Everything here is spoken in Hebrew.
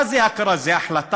מה זו הכרה, זו החלטה?